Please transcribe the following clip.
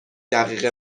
دقیقه